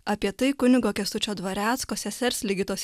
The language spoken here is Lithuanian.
apie tai kunigo kęstučio dvarecko sesers ligitos